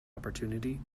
opportunity